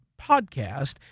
podcast